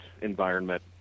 environment